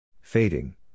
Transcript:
Fading